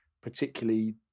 particularly